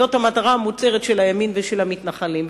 זאת המטרה המוצהרת של הימין ושל המתנחלים,